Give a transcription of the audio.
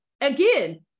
again